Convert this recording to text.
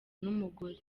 n’umugore